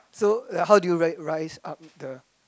so uh how do you rise rise up the